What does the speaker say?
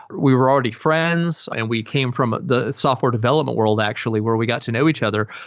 we were already friends and we came from the software development world actually where we got to know each other.